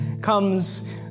comes